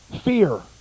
Fear